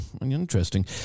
interesting